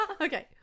okay